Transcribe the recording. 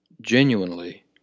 genuinely